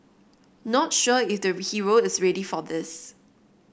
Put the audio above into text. not sure if the hero is ready for this